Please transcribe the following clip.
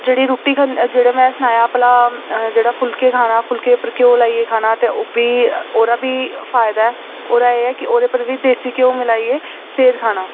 जेह्ड़ी रुट्टी खंदे जेह्ड़े में सनाया भला जेह्ड़ा फुल्के खाना फुल्के उप्पर घ्योऽ लाइयै खाना ते ओह् बी ओह्दा बी फायदा ऐ ओह्दे एह् ऐ कि ओह्दे उप्पर बी देसी घ्योऽ मिलाइयै फिर खाना